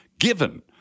given